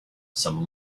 some